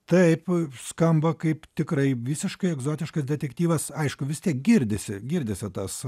taip skamba kaip tikrai visiškai egzotiškas detektyvas aišku vis tiek girdisi girdisi tas